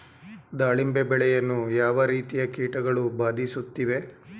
ದಾಳಿಂಬೆ ಬೆಳೆಯನ್ನು ಯಾವ ರೀತಿಯ ಕೀಟಗಳು ಬಾಧಿಸುತ್ತಿವೆ?